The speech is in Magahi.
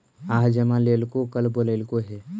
आज जमा लेलको कल बोलैलको हे?